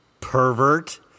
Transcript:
pervert